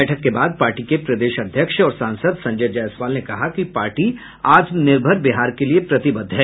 बैठक के बाद पार्टी के प्रदेश अध्यक्ष और सांसद संजय जायसवाल ने कहा कि पार्टी आत्मनिर्भर बिहार के लिए प्रतिबद्ध है